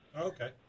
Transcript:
Okay